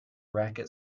racket